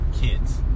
kids